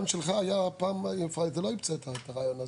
אתה לא המצאת את הרעיון הזה.